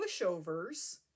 pushovers